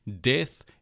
Death